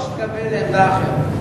אני בטוח שתקבל עמדה אחרת.